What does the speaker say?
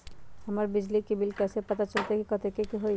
हमर बिजली के बिल कैसे पता चलतै की कतेइक के होई?